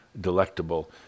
delectable